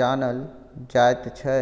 जानल जाइत छै